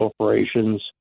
corporations